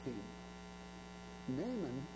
Naaman